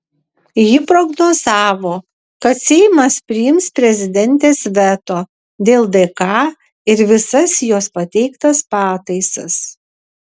ji prognozavo kad seimas priims prezidentės veto dėl dk ir visas jos pateiktas pataisas